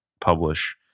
publish